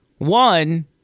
One